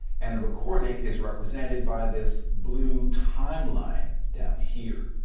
and the recording is represented by this blue timeline down here.